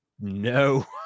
No